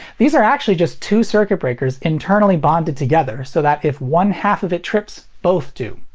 these are actually just two circuit breakers internally bonded together so that if one half of it trips, both do.